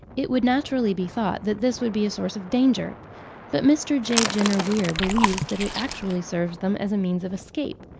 it would naturally be thought that this would be a source of danger but mr. j. jenner weir believes that it actually serves them as a means of escape,